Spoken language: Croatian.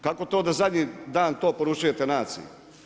Kako to da zadnji dan to poručujete naciji.